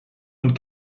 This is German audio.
und